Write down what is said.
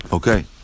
Okay